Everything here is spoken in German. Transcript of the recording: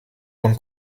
von